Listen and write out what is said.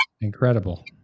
incredible